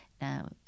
Now